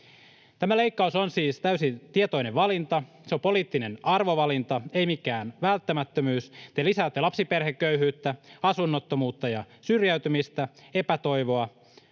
Tämä leikkaus on siis täysin tietoinen valinta, se on poliittinen arvovalinta, ei mikään välttämättömyys. Te lisäätte lapsiperheköyhyyttä, asunnottomuutta ja syrjäytymistä, epätoivoa.